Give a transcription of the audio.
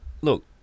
look